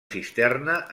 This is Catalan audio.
cisterna